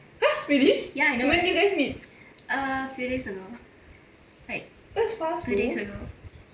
!huh! really when you guys meet that's fast though